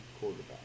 quarterback